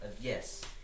Yes